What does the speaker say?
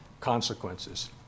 consequences